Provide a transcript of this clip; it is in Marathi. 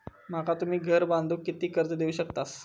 माका तुम्ही घर बांधूक किती कर्ज देवू शकतास?